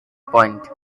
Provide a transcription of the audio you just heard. point